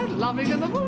living in the